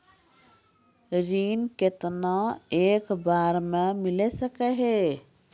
ऋण केतना एक बार मैं मिल सके हेय?